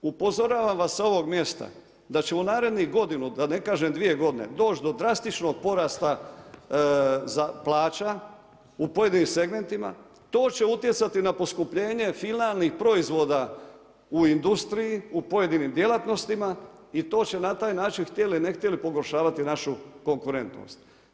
Upozoravam vas s ovog mjesta da ćemo u narednih godinu, da ne kažem dvije godine doći do drastičnog porasta plaća u pojedinim segmentima, to će utjecati na poskupljenje finalnih proizvoda u industriji u pojedinim djelatnostima i to će na taj način htjeli ne htjeli pogoršavati našu konkurentnost.